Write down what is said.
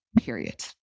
period